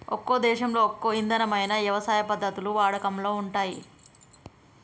ఒక్కో దేశంలో ఒక్కో ఇధమైన యవసాయ పద్ధతులు వాడుకలో ఉంటయ్యి